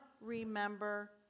remember